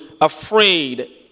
afraid